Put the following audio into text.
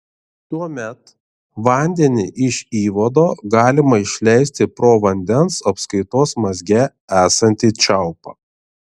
tuomet vandenį iš įvado galima išleisti pro vandens apskaitos mazge esantį čiaupą